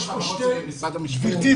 לרשות החברות.